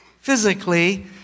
physically